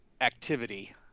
activity